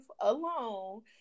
alone